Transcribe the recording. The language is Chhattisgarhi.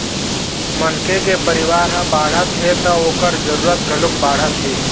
मनखे के परिवार ह बाढ़त हे त ओखर जरूरत घलोक बाढ़त हे